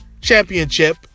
championship